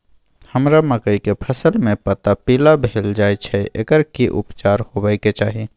हमरा मकई के फसल में पता पीला भेल जाय छै एकर की उपचार होबय के चाही?